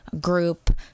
group